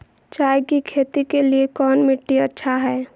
चाय की खेती के लिए कौन मिट्टी अच्छा हाय?